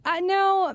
No